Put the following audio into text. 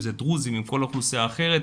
דרוזים או כל אוכלוסייה אחרת,